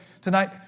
tonight